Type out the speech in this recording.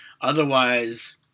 Otherwise